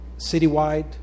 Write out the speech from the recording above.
citywide